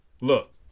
Look